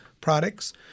products